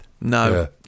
No